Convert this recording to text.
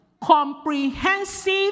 comprehensive